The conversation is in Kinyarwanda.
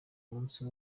umunsi